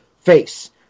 face